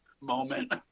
moment